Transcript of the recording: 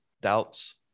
doubts